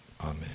Amen